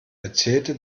erzählte